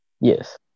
yes